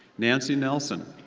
nancy nelson,